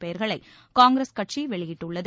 பெயர்களை காங்கிரஸ் வெளியிட்டுள்ளது